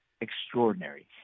extraordinary